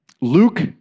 Luke